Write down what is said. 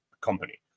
company